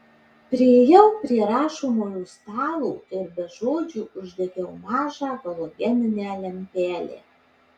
priėjau prie rašomojo stalo ir be žodžių uždegiau mažą halogeninę lempelę